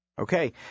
Okay